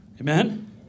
Amen